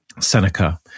Seneca